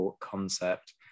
concept